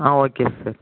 ah okay sir